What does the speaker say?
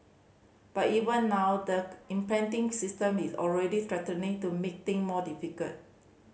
but even now the impending system is already threatening to make thing more difficult